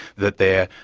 that there